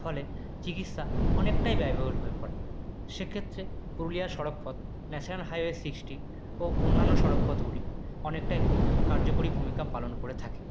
ফলে চিকিৎসা অনেকটাই ব্যয়বহুল হয়ে পড়ে সেক্ষেত্রে পুরুলিয়ার সড়কপথ ন্যাশনাল হাইওয়ে সিক্সটি ও অন্যান্য সড়কপথগুলি অনেকটাই কার্যকরী ভূমিকা পালন করে থাকে